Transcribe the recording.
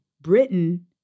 Britain